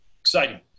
exciting